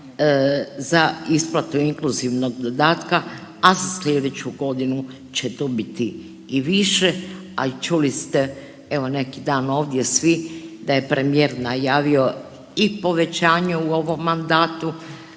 za isplatu inkluzivnog dodatka, a za sljedeću godinu će to biti i više. A i čuli ste evo neki dan ovdje svi da je premijer najavio i povećanje u ovom mandatu